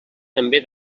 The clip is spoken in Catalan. també